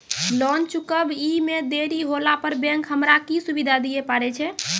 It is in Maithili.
लोन चुकब इ मे देरी होला पर बैंक हमरा की सुविधा दिये पारे छै?